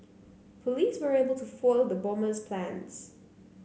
police were able to foil the bomber's plans